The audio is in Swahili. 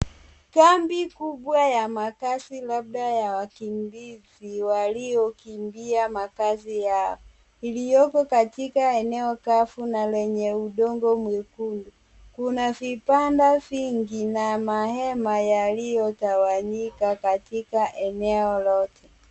Kambi kubwa ya makazi labda ya wakimbizi waliokimbia makazi yao iliyoko katika eneo kavu na lenye udongo mwekundu. Kuna vibanda vingi na mahema yaliyotawanyika katika eneo lote.